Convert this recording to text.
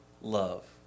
love